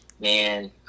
man